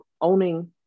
owning